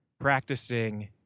practicing